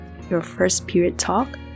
yourfirstperiodtalk